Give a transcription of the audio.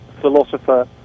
philosopher